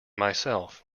myself